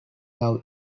now